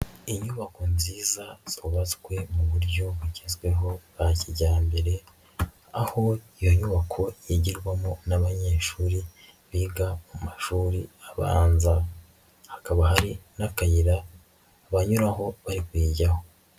Inyubako nziza zubatswe mu buryo bugezweho bwa kijyambere, aho iyo nyubako igirwarwamo n'abanyeshuri biga mu mashuri abanza, hakaba hari n'akayira banyuraho bari kuyijyaho.